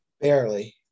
Barely